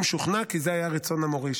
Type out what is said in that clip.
אם שוכנע כי זה היה רצון המוריש.